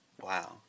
Wow